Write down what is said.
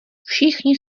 všichni